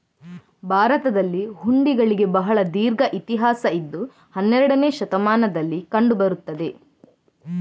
ಭಾರತದಲ್ಲಿ ಹುಂಡಿಗಳಿಗೆ ಬಹಳ ದೀರ್ಘ ಇತಿಹಾಸ ಇದ್ದು ಹನ್ನೆರಡನೇ ಶತಮಾನದಲ್ಲಿ ಕಂಡು ಬರುತ್ತದೆ